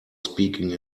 speaking